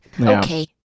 Okay